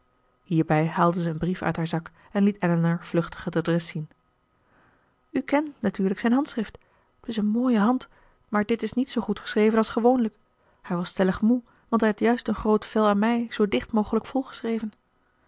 hierbij haalde zij een brief uit haar zak en liet elinor vluchtig het adres zien u kent natuurlijk zijn handschrift t is een mooie hand maar dit is niet zoo goed geschreven als gewoonlijk hij was stellig moe want hij had juist een groot vel aan mij zoo dicht mogelijk volgeschreven